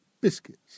Biscuits